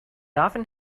often